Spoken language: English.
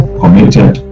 committed